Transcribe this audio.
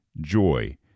joy